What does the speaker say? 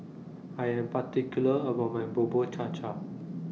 I Am particular about My Bubur Cha Cha